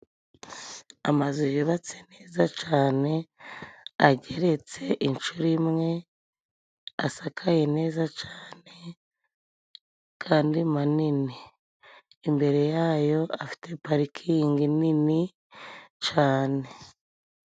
Amazu yubatse neza cane ageretse inshuro imwe, asakaye neza cane kandi manini. Imbere yayo afite parikingi nini cane.